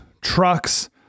trucks